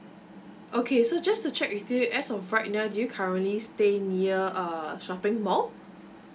okay so just to check with you as of right now do you currently stay near uh shopping mall